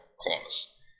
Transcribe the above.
clause